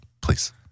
Please